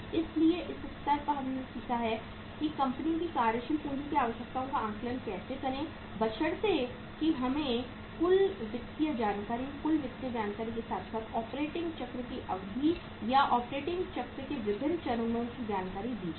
इसलिए इस स्तर पर हमने सीखा है कि कंपनी की कार्यशील पूंजी की आवश्यकताओं का आकलन कैसे करें बशर्ते कि हमें कुल वित्तीय जानकारी कुल वित्तीय जानकारी के साथ साथ ऑपरेटिंग चक्र की अवधि या ऑपरेटिंग चक्र के विभिन्न चरणों की जानकारी दी जाए